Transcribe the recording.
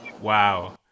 Wow